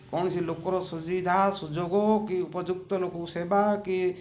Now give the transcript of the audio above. କୌଣସି ଲୋକର ସୁବିଧା ସୁଯୋଗ କି ଉପଯୁକ୍ତ ଲୋକକୁ ସେବା କି